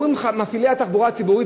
אומרים לך מפעילי התחבורה הציבורית,